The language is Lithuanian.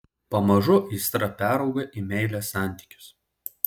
pamažu aistra perauga į meilės santykius